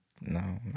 no